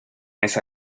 esa